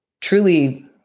truly